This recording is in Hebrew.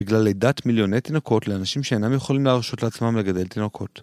בגלל לידת מיליוני תינוקות לאנשים שאינם יכולים להרשות לעצמם לגדל תינוקות.